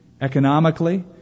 economically